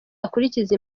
akurikije